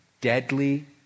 deadly